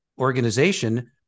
organization